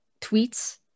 tweets